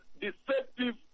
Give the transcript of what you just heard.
deceptive